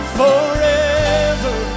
forever